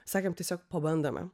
sakėm tiesiog pabandome